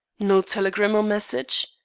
no telegram or message?